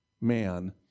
man